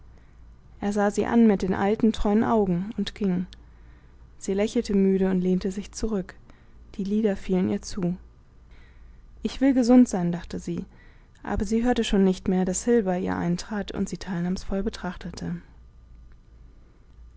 er sah sie an mit den alten treuen augen und ging sie lächelte müde und lehnte sich zurück die lider fielen ihr zu ich will gesund sein dachte sie aber sie hörte schon nicht mehr daß hil bei ihr eintrat und sie teilnahmsvoll betrachtete